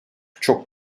çok